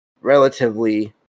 relatively